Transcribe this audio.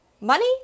money